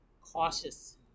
cautious